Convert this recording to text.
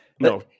no